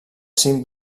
cim